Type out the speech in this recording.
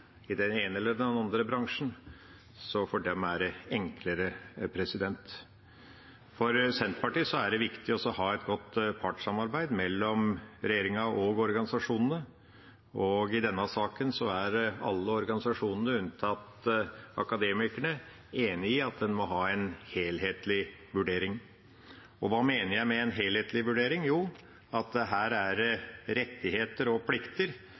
i den ene eller den andre bransjen, så for dem er det enklere. For Senterpartiet er det viktig å ha et godt partssamarbeid mellom regjeringa og organisasjonene. I denne saken er alle organisasjonene, unntatt Akademikerne, enig i at en må ha en helhetlig vurdering. Hva mener jeg med «en helhetlig vurdering»? Jo, her er det rettigheter og plikter